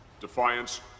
defiance